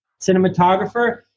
cinematographer